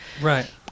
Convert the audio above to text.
Right